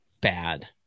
bad